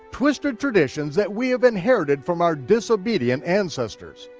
twisted traditions that we have inherited from our disobedient ancestors.